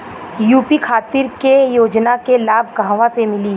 UP खातिर के योजना के लाभ कहवा से मिली?